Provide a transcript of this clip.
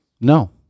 No